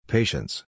Patience